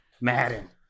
Madden